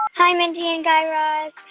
hi, mindy and guy raz.